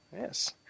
yes